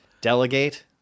Delegate